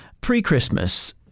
Pre-Christmas